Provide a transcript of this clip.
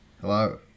Hello